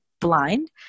blind